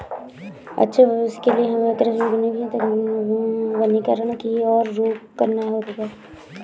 अच्छे भविष्य के लिए हमें कृषि वानिकी वनीकरण की और रुख करना होगा